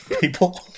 people